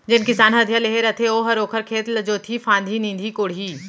जेन किसान ह खेत ल अधिया लेहे रथे ओहर ओखर खेत ल जोतही फांदही, निंदही कोड़ही